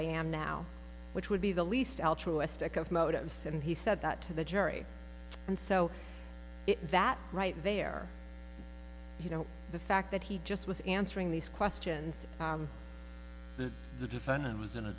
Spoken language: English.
i am now which would be the least of motives and he said that to the jury and so that right there you know the fact that he just was answering these questions that the defendant was in